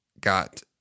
got